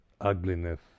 ugliness